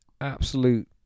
absolute